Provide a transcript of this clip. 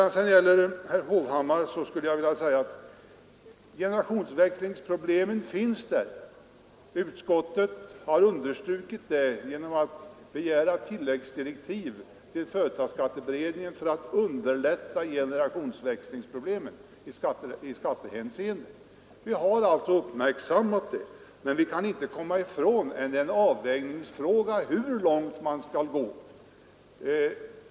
Till herr Hovhammar vill jag säga att generationsväxlingsproblemen finns där. Utskottet har understrukit det genom att begära tilläggsdirektiv till företagsskatteberedningen för att underlätta en lösning av generationsproblemen i skattehänseende. Vi har alltså uppmärksammat saken. Men det går inte att komma ifrån att det är en avvägningsfråga hur långt man skall gå.